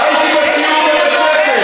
ל-550, והייתי בסיור בבית-ספר.